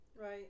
Right